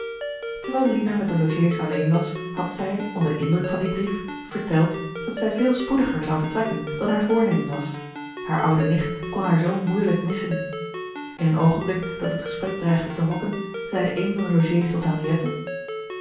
terwijl lina met de logées alleen was had zij onder den indruk van dien brief verteld dat zij veel spoediger zou vertrekken dan haar voornemen was hare oude nicht kon haar zoo moeielijk missen in een oogenblik dat het gesprek dreigde te hokken zeide eene van de logées tot